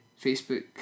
Facebook